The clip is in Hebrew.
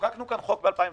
חוקקנו כאן חוק ב-2011,